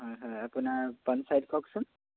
হয় হয় আপোনাৰ পঞ্চায়ত কওকচোন